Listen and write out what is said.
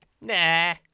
Nah